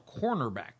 cornerbacks